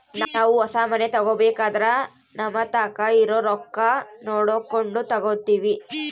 ನಾವು ಹೊಸ ಮನೆ ತಗಬೇಕಂದ್ರ ನಮತಾಕ ಇರೊ ರೊಕ್ಕ ನೋಡಕೊಂಡು ತಗಂತಿವಿ